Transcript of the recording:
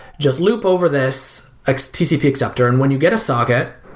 just loop over this, xtcp acceptor and when you get a socket,